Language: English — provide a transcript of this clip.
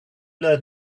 learn